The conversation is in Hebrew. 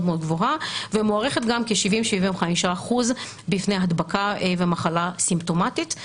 גבוהה ומוערכת גם כ-70% 75% בפני הדבקה ומחלה סימפטומטית,